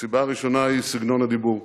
הסיבה הראשונה היא סגנון הדיבור.